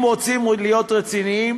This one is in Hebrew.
אם רוצים להיות רציניים,